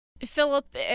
Philip